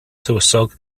tywysog